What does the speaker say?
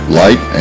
light